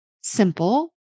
simple